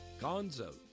Gonzo